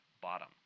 bottom